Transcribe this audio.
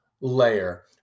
layer